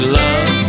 love